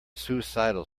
suicidal